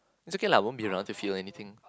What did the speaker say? it's okay lah I won't be around to feel anything